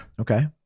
okay